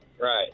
Right